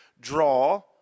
draw